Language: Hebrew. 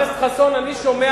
חבר הכנסת חסון, אני שומע